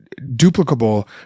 duplicable